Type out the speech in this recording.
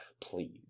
Please